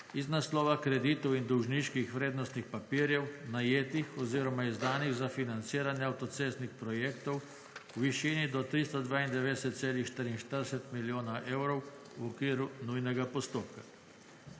iz naslova kreditov in dolžniških vrednostnih papirjev, najetih oziroma izdanih za financiranje avtocestnih projektov v višini do 392,44 mio eurov v okviru nujnega postopka.